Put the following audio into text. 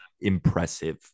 impressive